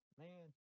man